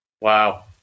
Wow